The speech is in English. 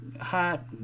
hot